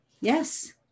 Yes